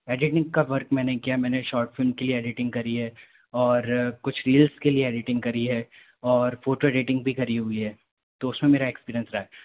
editing का work मैंने किया मैंने शॉर्ट फ़िल्म के लिए एडिटिंग करी है और कुछ रील्ज़ के लिए एडिटिंग करी है और फ़ोटो एडिटिंग भी करी हुई है तो उसमें मेरा एक्सपीरियंस रहा है